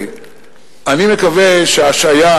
אני מקווה שההשהיה